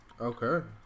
Okay